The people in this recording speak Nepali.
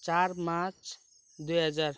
चार मार्च दुई हजार